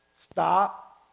Stop